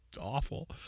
awful